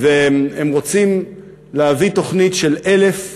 והם רוצים להביא תוכנית של 1,000